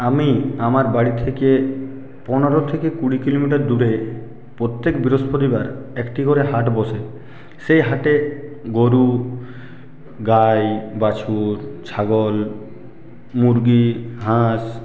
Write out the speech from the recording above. আমি আমার বাড়ি থেকে পনেরো থেকে কুড়ি কিলোমিটার দূরে প্রত্যেক বৃহস্পতিবার একটি করে হাট বসে সেই হাটে গরু গাই বাছুর ছাগল মুরগি হাঁস